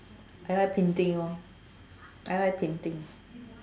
I like painting lor I like painting